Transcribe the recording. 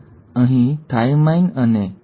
તેથી આ અહીં થાઇમાઇન અને અહીં થાઇમાઇન નાખશે